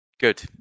Good